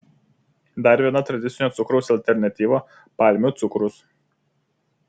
dar viena tradicinio cukraus alternatyva palmių cukrus